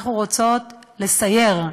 אנחנו רוצות לסייר,